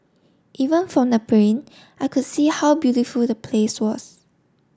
even from the plane I could see how beautiful the place was